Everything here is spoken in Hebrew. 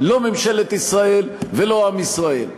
לא ממשלת ישראל ולא עם ישראל.